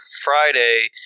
Friday